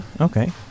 Okay